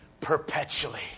perpetually